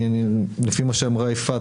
לפי מה שאמרה יפעת,